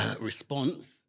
response